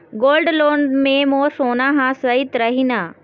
Gold loan मे मोर सोना हा सइत रही न?